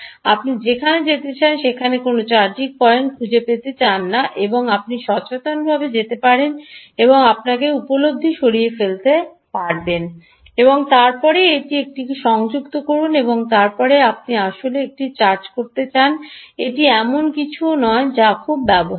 আপনি যেখানে যেতে চান সেখানে কোনও চার্জিং পয়েন্ট খুঁজে পেতে চান না এবং আপনি সচেতনভাবে যেতে পারেন এবং আপনাকে উপলব্ধ সরিয়ে ফেলতে পারবেন এবং তারপরে এটি এটিকে সংযুক্ত করুন এবং তারপরে আপনি আসলে এটি চার্জ করতে চান এটি এমন কিছুও নয় যা খুব ব্যবহারিক